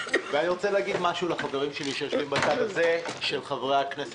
אני רוצה להגיד משהו לחברים שלי שיושבים בצד הזה של חברי הכנסת.